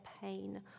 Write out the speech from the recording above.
pain